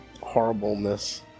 horribleness